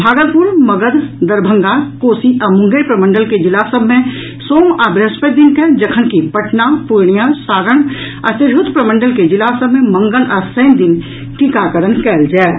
भागलपुर मगध दरभंगा कोसी आ मुंगेर प्रमंडल के जिला सभ मे सोम आ वृहस्पति दिन के जखनकि पटना पूर्णियां सारण आ तिरहुत प्रमंडल के जिला सभ मे मंगल आ शनि दिन टीकाकरण कयल जायत